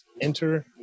enter